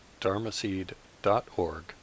dharmaseed.org